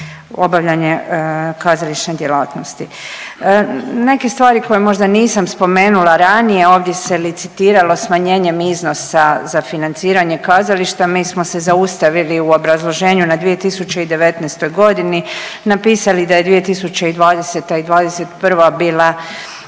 obavljanje kazališne djelatnosti. Neke stvari koje možda nisam spomenula ranije, ovdje se licitiralo smanjenjem iznosa za financiranje kazališta, mi smo se zaustavili u obrazloženju na 2019. godini. Napisali da je 2020. i '21. bila